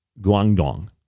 Guangdong